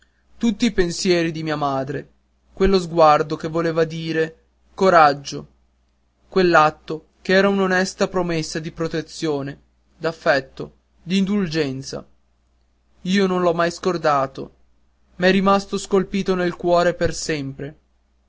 tutti i pensieri di mia madre quello sguardo che voleva dire coraggio quell'atto che era un'onesta promessa di protezione d'affetto d'indulgenza io non l'ho mai scordato m'è rimasto scolpito nel cuore per sempre